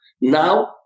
Now